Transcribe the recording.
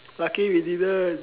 lucky we didn't